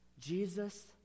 Jesus